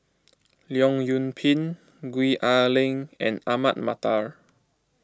Leong Yoon Pin Gwee Ah Leng and Ahmad Mattar